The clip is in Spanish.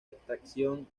extracción